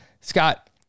Scott